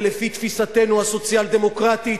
ולפי תפיסתנו הסוציאל-דמוקרטית,